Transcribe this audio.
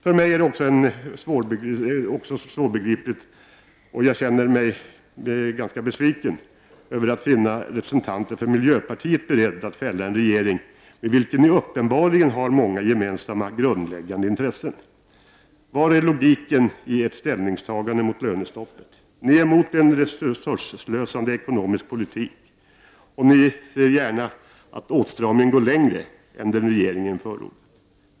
För mig är det även svårbegripligt, och jag känner mig ganska besviken över att finna representanter för miljöpartiet beredda att fälla en regering med vilken ni uppenbarligen har många gemensamma grundläggande intressen. Var är logiken i ert ställningstagande mot lönestoppet? Ni är emot en resursslösande ekonomisk politik, och ni ser gärna att åtstramningen går längre än regeringen förordat.